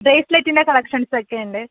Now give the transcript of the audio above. ബ്രേസ്ലെറ്റിൻ്റെ കളക്ഷൻസൊക്കെയുണ്ട്